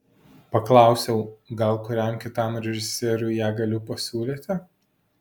paklausiau gal kuriam kitam režisieriui ją galiu pasiūlyti